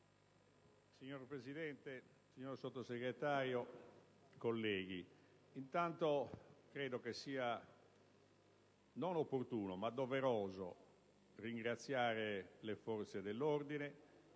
Signora Presidente, signor Sottosegretario, colleghi, credo che sia innanzitutto, non opportuno, ma doveroso ringraziare le forze dell'ordine